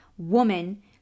woman